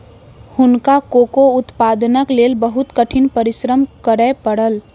हुनका कोको उत्पादनक लेल बहुत कठिन परिश्रम करय पड़ल